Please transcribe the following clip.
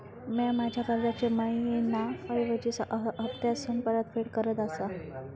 म्या माझ्या कर्जाची मैहिना ऐवजी हप्तासून परतफेड करत आसा